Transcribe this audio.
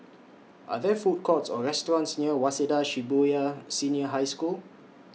Are There Food Courts Or restaurants near Waseda Shibuya Senior High School